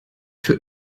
für